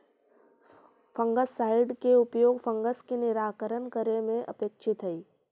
fungicide के उपयोग fungus के निराकरण करे में अपेक्षित हई